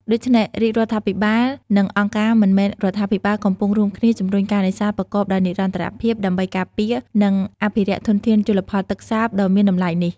ដូច្នេះ រាជរដ្ឋាភិបាលនិងអង្គការមិនមែនរដ្ឋាភិបាលកំពុងរួមគ្នាជំរុញការនេសាទប្រកបដោយនិរន្តរភាព ដើម្បីការពារ និងអភិរក្សធនធានជលផលទឹកសាបដ៏មានតម្លៃនេះ។